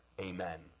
Amen